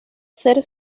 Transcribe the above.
ser